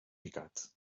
picat